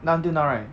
then until now right